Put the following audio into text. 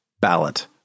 ballot